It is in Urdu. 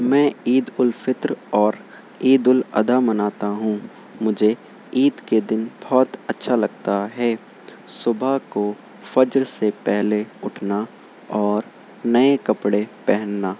میں عیدالفطر اور عیدلاضحیٰ مناتا ہوں مجھے عید کے دن بہت اچھا لگتا ہے صبح کو فجر سے پہلے اٹھنا اور نئے کپڑے پہننا